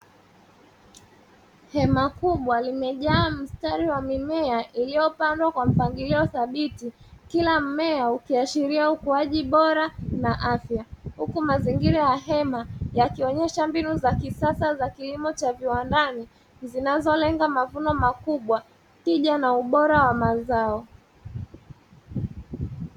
Hema kubwa limejaa mstari wa mimea iliyopandwa kwa mpangilio thabiti, kila mmea ukiashiria ukuaji bora na afya, huku mazingira ya hema yakionyesha mbinu za kisasa za kilimo cha viwandani zinazolenga mavuno makubwa, tija na ubora wa mazao.